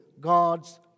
God's